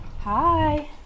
Hi